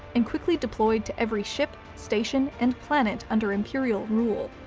and quickly deployed to every ship, station, and planet under imperial rule.